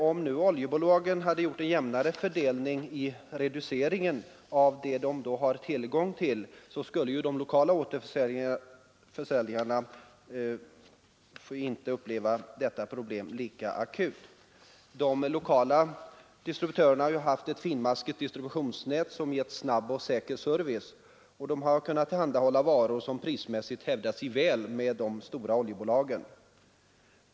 Om oljebolagen vid reduceringen av leveranserna hade gjort en jämnare fördelning av den olja de har tillgång till, skulle de lokala återförsäljarna inte ha upplevt detta problem som lika akut. De lokala distributörerna har haft ett finmaskigt distributionsnät som gett en snabb och säker service. De har kunnat tillhandahålla varor som prismässigt hävdat sig väl gentemot de stora oljebolagens.